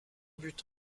but